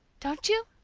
don't you?